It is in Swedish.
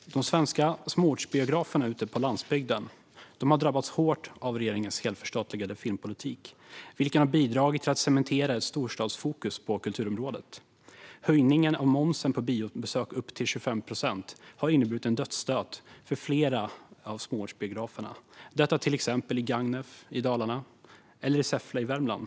De svenska småortsbiograferna ute på landsbygden har drabbats hårt av regeringens helförstatligade filmpolitik, vilken har bidragit till att cementera ett storstadsfokus på kulturområdet. Höjningen av momsen på biobesök till 25 procent har inneburit en dödsstöt för flera av småortsbiograferna, till exempel i Gagnef i Dalarna och Säffle i Värmland.